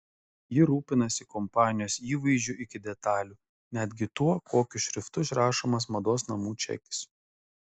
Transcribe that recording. ji rūpinasi kompanijos įvaizdžiu iki detalių netgi tuo kokiu šriftu išrašomas mados namų čekis